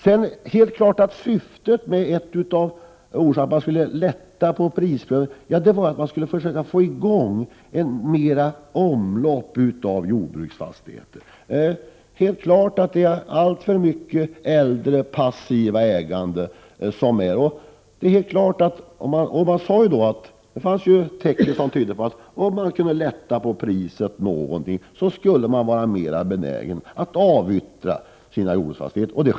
Sedan är det helt klart att ett av syftena med att lätta på prisprövningen var att man skulle få till stånd en omsättning av jordbruksfastigheter. Det stod klart att det förekom alltför mycket äldre, passivt ägande. Det fanns tecken som tydde på att det skulle finnas en större benägenhet att avyttra jordbruksfastigheter om man kunde lätta något på prisprövningen.